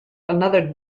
another